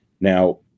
Now